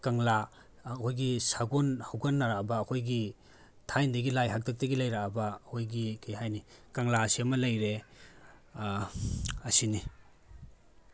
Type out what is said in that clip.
ꯀꯪꯂꯥ ꯑꯩꯈꯣꯏꯒꯤ ꯁꯒꯣꯜ ꯍꯧꯒꯠꯅꯔꯛꯑꯕ ꯑꯩꯈꯣꯏꯒꯤ ꯊꯥꯏꯅꯗꯒꯤ ꯂꯥꯏ ꯍꯥꯛꯇꯛꯇꯒꯤ ꯂꯩꯔꯛꯑꯕ ꯑꯩꯈꯣꯏꯒꯤ ꯀꯔꯤ ꯍꯥꯏꯅꯤ ꯀꯪꯂꯥꯁꯤ ꯑꯃ ꯂꯩꯔꯦ ꯑꯁꯤꯅꯤ